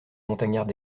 montagnards